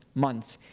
months.